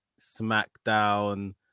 SmackDown